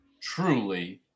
truly